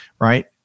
right